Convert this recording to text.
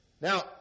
Now